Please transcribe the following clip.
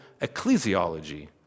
ecclesiology